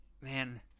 Man